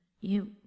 you-